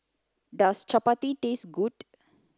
does Chappati taste good